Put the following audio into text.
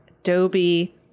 Adobe